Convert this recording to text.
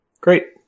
Great